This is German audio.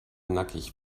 nackig